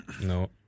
No